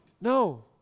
No